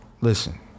Listen